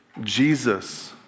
Jesus